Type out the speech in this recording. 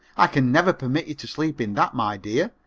i can never permit you to sleep in that, my dear,